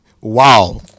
Wow